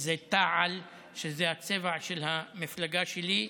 זה תע"ל, שזה הצבע של המפלגה שלי,